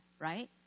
Right